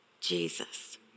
Jesus